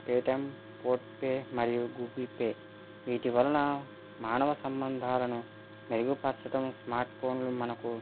Paytm PhonePe మరియు Google pay వీటి వలన మానవ సంబంధాలను మెరుగుపరచటం స్మార్ట్పోన్లు మనకు